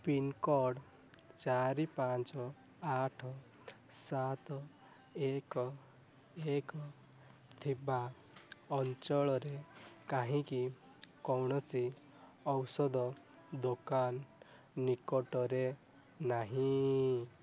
pincode ଚାରି ପାଞ୍ଚ ଆଠ ସାତ ଏକ ଏକ ଥିବା ଅଞ୍ଚଳରେ କାହିଁକି କୌଣସି ଔଷଧ ଦୋକାନ ନିକଟରେ ନାହିଁ